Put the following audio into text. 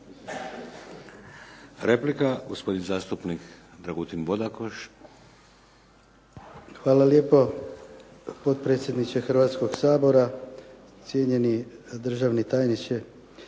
Replika, gospodin zastupnik Dragutin Bodakoš. **Bodakoš, Dragutin (SDP)** Hvala lijepo potpredsjedniče Hrvatskog sabora, cijenjeni državni tajniče,